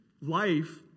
life